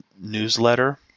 newsletter